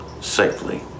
safely